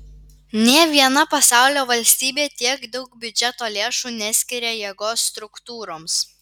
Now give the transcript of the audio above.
nė viena pasaulio valstybė tiek daug biudžeto lėšų neskiria jėgos struktūroms